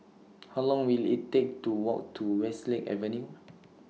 How Long Will IT Take to Walk to Westlake Avenue